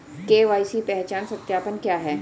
KYC पहचान सत्यापन क्या है?